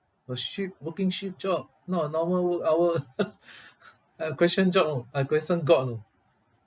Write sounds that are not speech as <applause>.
a shift working shift job not normal work hour <laughs> I question job you know I question god you know